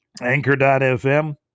Anchor.fm